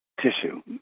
tissue